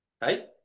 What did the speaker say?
Hey